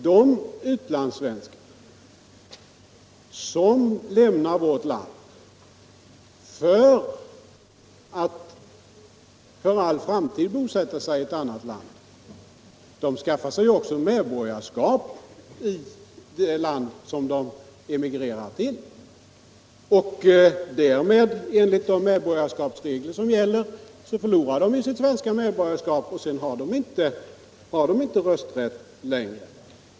De utlandssvenskar som lämnar vårt land för att för all framtid bosätta sig i ett annat land skaffar sig självfallet också medborgarskap i det land som de emigrerar till. Enligt de medborgarskapsregler som gäller förlorar de därmed sitt svenska medborgarskap, och sedan har de inte rösträtt längre.